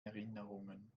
erinnerungen